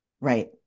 Right